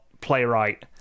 playwright